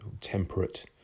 temperate